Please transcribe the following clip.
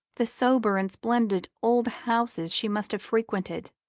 the sober and splendid old houses she must have frequented,